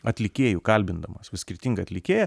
atlikėju kalbindamas vis skirtingą atlikėją